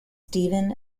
stephen